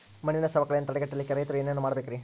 ಮಣ್ಣಿನ ಸವಕಳಿಯನ್ನ ತಡೆಗಟ್ಟಲಿಕ್ಕೆ ರೈತರು ಏನೇನು ಮಾಡಬೇಕರಿ?